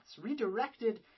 redirected